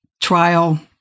trial